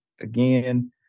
Again